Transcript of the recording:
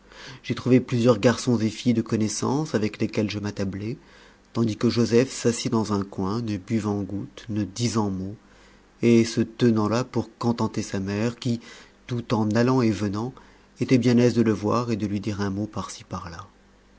j'y trouvai plusieurs garçons et filles de connaissance avec lesquels je m'attablai tandis que joseph s'assit dans un coin ne buvant goutte ne disant mot et se tenant là pour contenter sa mère qui tout en allant et venant était bien aise de le voir et de lui dire un mot par-ci par-là